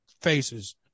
faces